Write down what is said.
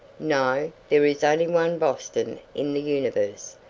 no there is only one boston in the universe,